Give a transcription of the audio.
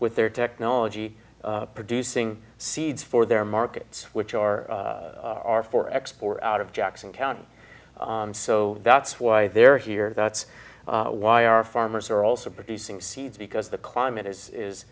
with their technology producing seeds for their markets which are are for export out of jackson county so that's why they're here that's why our farmers are also producing seeds because the climate is is